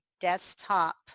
desktop